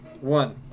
One